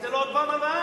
תיתן לו עוד פעם הלוואה?